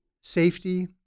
safety